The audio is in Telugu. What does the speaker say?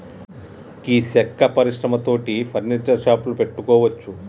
గీ సెక్క పరిశ్రమ తోటి ఫర్నీచర్ షాపులు పెట్టుకోవచ్చు